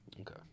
okay